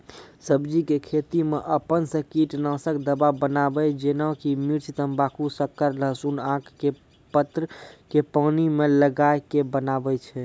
सब्जी के खेती मे अपन से कीटनासक दवा बनाबे जेना कि मिर्च तम्बाकू शक्कर लहसुन आक के पत्र के पानी मे गलाय के बनाबै छै?